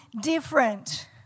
different